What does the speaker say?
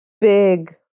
big